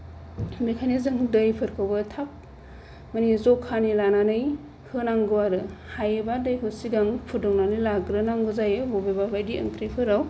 बेखायनो जों दैफोरखौबो थाब माने जखानि लानानै होनांगौ आरो हायोबा दैखौ सिगां फुदुंनानै लाग्रोनांगौ जायो बबेबा बायदि ओंख्रिफोराव